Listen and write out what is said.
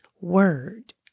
word